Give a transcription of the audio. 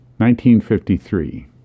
1953